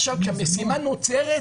כשהמשימה נוצרת